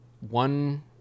one